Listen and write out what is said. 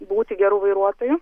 būti geru vairuotoju